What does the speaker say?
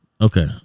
Okay